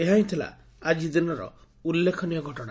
ଏହା ହି ଥିଲା ଆଜିର ଦିନର ଉଲ୍କେଖନୀୟ ଘଟଣା